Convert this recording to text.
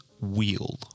Wheel